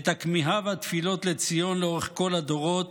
את הכמיהה והתפילות לציון לאורך כל הדורות